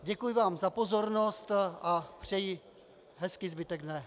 Děkuji vám za pozornost a přeji hezký zbytek dne.